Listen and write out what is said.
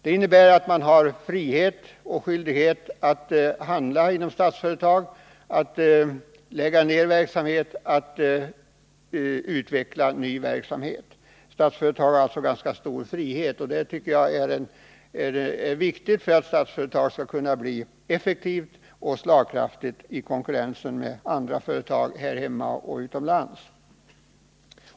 Det innebär att Statsföretag har frihet och skyldighet att handla, att lägga ned verksamheter och att utveckla nya verksamheter. Statsföretag har alltså ganska stor frihet. Det tycker jag är viktigt, om Statsföretag skall kunna bli ett effektivt och slagkraftigt företag i konkurrens med andra företag här hemma och utomlands.